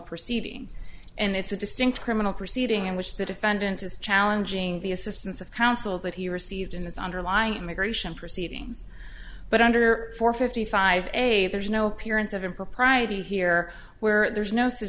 proceeding and it's a distinct criminal proceeding in which the defendant is challenging the assistance of counsel that he received in his underlying immigration proceedings but under four fifty five a there is no appearance of impropriety here where there is no su